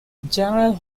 general